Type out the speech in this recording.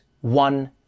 one